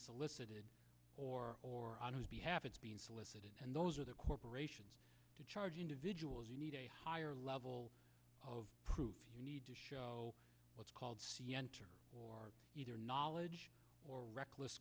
solicited or or on whose behalf it's being solicited and those are the corporations to charge individuals you need a higher level of proof you need to show what's called c enter or either knowledge or reckless